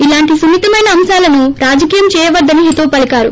ఇలాంటి సున్ని తమైన అంశాలను రాజకీయం చేయవద్దని హితవు పలికారు